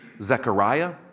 Zechariah